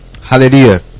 Hallelujah